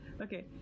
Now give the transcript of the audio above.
Okay